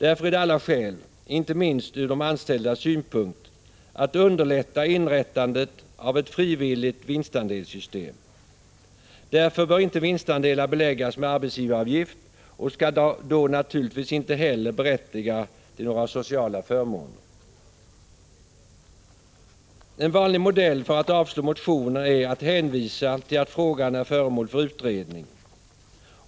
Därför är det alla skäl, inte minst ur de anställdas synpunkt, att underlätta inrättandet av ett frivilligt vinstandelssystem. Därför bör inte vinstandelar beläggas med arbetsgivaravgift och skall då naturligtvis inte heller berättiga till några sociala förmåner. En vanlig modell för att avslå motioner är att hänvisa till att frågan är föremål för utredning.